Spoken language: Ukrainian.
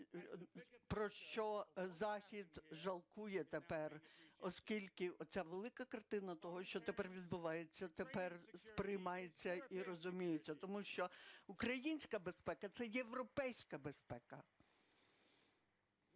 про що Захід жалкує тепер. Оскільки оця велика картина того, що тепер відбувається, тепер сприймається і розуміється. Тому що українська безпека – це європейська безпека.